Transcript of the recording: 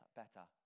better